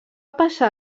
passar